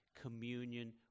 communion